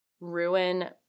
ruin